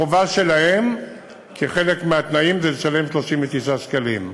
החובה שלהן כחלק מהתנאים היא לשלם 39 שקלים.